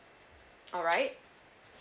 alright